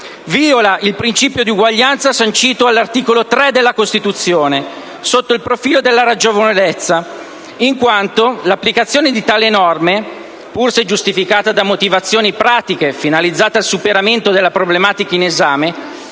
viola il principio di uguaglianza sancito dall'articolo 3 della Costituzione sotto il profilo della ragionevolezza, in quanto l'applicazione di tali norme pur se giustificata da motivazioni pratiche finalizzate al superamento della problematica in esame,